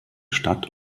stadt